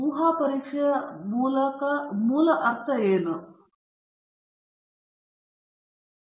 ಊಹಾ ಪರೀಕ್ಷೆಯ ಮೂಲಕ ಏನು ಅರ್ಥ